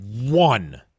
one